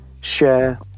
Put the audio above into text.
share